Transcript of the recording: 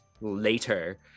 later